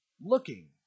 looking